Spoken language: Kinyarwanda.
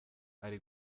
ari